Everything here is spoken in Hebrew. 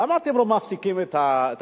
למה אתם לא מפסיקים את הרקטות?